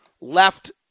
left